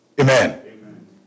Amen